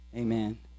Amen